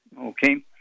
Okay